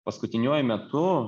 paskutiniuoju metu